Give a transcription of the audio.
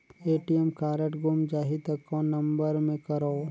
ATM card गुम जाही त कौन नम्बर मे करव?